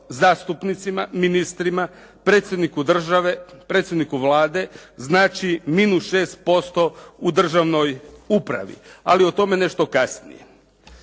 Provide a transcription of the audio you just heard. zastupnicima, ministrima, predsjedniku države, predsjedniku Vlade znači minus 6% u državnoj upravi. Ali o tome nešto kasnije.